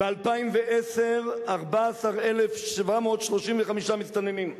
ב-2010 14,735 מסתננים,